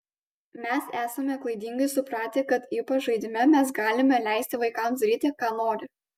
mes esame klaidingai supratę kad ypač žaidime mes galime leisti vaikams daryti ką nori